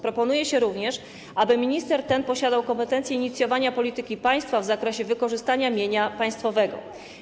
Proponuje się również, aby minister ten posiadał kompetencję inicjowania polityki państwa w zakresie wykorzystania mienia państwowego.